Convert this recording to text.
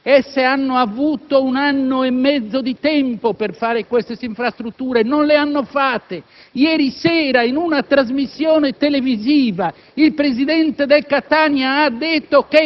Sono dunque necessarie norme che costringano le società sportive a investire.